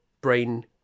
brain